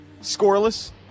scoreless